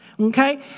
okay